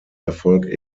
erfolg